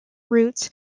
routes